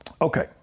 Okay